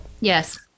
Yes